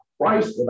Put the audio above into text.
Christ